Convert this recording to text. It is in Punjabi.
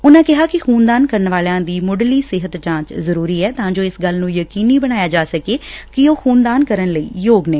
ਉਂਨੁਾ ਕਿਹਾ ਕਿ ਖੁਨਦਾਨ ਕਰਨ ਵਾਲਿਆਂ ਦੀ ਮੱਢਲੀ ਸਿਹਤ ਜਾਂਚ ਜ਼ਰੁਰੀ ਐ ਤਾਂ ਜੋ ਇਸ ਗੱਲ ਨੂੰ ਯਕੀਨੀ ਬਣਾਇਆ ਜਾ ਸਕੇ ਕਿ ਉਹ ਖੁਨਦਾਨ ਕਰਨ ਲਈ ਯੋਗ ਨੇ